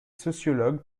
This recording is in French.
sociologues